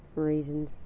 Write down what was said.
reasons.